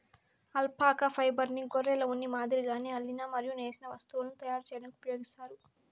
alpaca ఫైబర్ను గొర్రెల ఉన్ని మాదిరిగానే అల్లిన మరియు నేసిన వస్తువులను తయారు చేయడానికి ఉపయోగిస్తారు